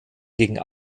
gegen